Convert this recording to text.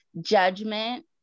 judgment